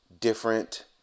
different